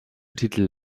titel